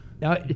Now